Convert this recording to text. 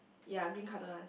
ya green color one